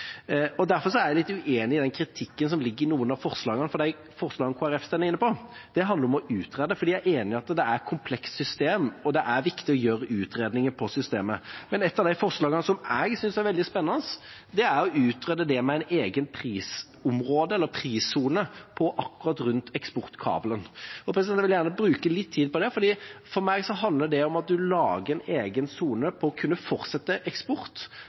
Derfor er jeg litt uenig i den kritikken som ligger i noen av forslagene her, for de forslagene Kristelig Folkeparti står inne i, handler om å utrede. Vi er enige at det er et komplekst system, og det er viktig å gjøre utredninger av systemet. Men et av de forslagene som jeg synes er veldig spennende, er å utrede det med en egen prissone akkurat rundt eksportkablene. Jeg vil gjerne bruke litt tid på det, for for meg handler det om at man lager en egen sone med tanke på å kunne fortsette eksport